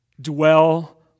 Dwell